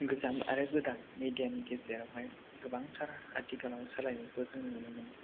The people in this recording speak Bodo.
गोजाम आरो गोदान मिदियानि गेजेरावहाय गोबांथार आथिखालाव सोलायनायखौ जों नुनो मोनो